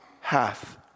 hath